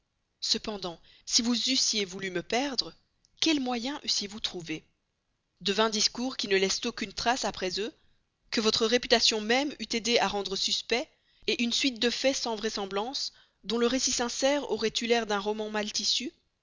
cependant si vous eussiez voulu me perdre quels moyens eussiez-vous trouvés de vains discours qui ne laissent aucune trace après eux que votre réputation même eût aidé à rendre suspects une suite de faits sans vraisemblance dont le récit sincère aurait eu l'air d'un roman mal tissé